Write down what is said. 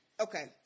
Okay